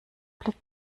blick